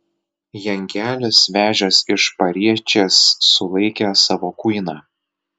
jankelis vežęs iš pariečės sulaikė savo kuiną